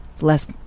less